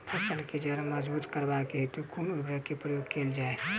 फसल केँ जड़ मजबूत करबाक हेतु कुन उर्वरक केँ प्रयोग कैल जाय?